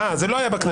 אה, זה לא היה בכנסת.